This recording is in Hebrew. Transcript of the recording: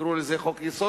תקראו לזה חוק-יסוד,